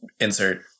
insert